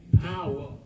power